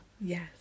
yes